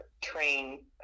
train